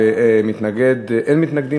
אין מתנגדים,